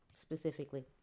specifically